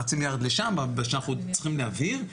חצי מיליארד לשם שאנחנו עוד צריכים להבהיר.